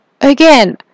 Again